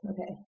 Okay